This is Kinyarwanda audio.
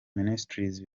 ministries